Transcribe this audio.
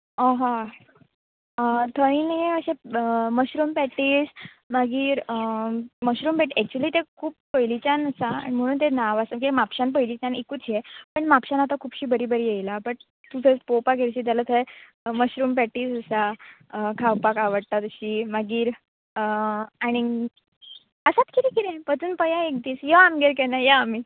हय थंय न्ही अशे मशरूम पॅटीस मागीर मशरूम पॅट एक्चुली तें खूब पयलींच्यान आसा आनी म्हुणून तें नांव आसा किऱ्याक म्हापशान पयलींच्यान एकूच हें पण म्हापशान आतां खुबशीं बरी बरी येयला बट तूं जर पोवपाक वयशी जाल्या थंय मशरूम पॅटीस आसा खावपाक आवडटा तशीं मागीर आनीक आसात कितें कितें वचून पळया एक दीस यो आमगेर केन्नाय या आमी